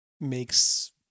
makes